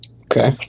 okay